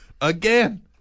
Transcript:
again